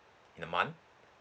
in a month